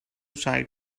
shy